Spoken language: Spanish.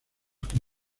que